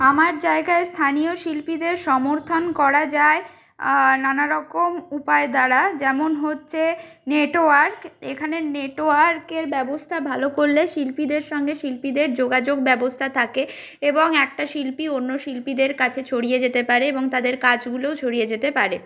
আমার জায়গায় স্থানীয় শিল্পীদের সমর্থন করা যায় নানারকম উপায় দ্বারা যেমন হচ্চে নেটওয়ার্ক এখানের নেটওয়ার্কের ব্যবস্থা ভালো করলে শিল্পীদের সঙ্গে শিল্পীদের যোগাযোগ ব্যবস্থা থাকে এবং একটা শিল্পী অন্য শিল্পীদের কাছে ছড়িয়ে যেতে পারে এবং তাদের কাজগুলোও ছড়িয়ে যেতে পারে